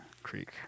Creek